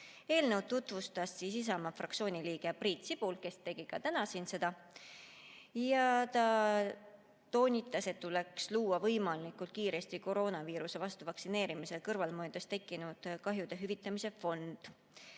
Eelnõu tutvustas Isamaa fraktsiooni liige Priit Sibul, kes tegi seda ka täna siin. Ta toonitas, et tuleks luua võimalikult kiiresti koroonaviiruse vastu vaktsineerimise kõrvalmõjudest tekkinud kahjude hüvitamise